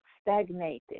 stagnated